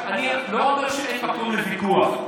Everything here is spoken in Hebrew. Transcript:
אני לא אומר שאין מקום לוויכוח,